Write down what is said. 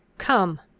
come,